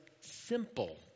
simple